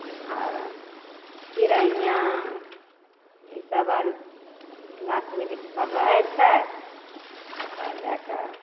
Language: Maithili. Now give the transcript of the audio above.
आर चिड़ैयाँ इसभ गाछ वृक्षपर रहै छै ओतय जाए कऽ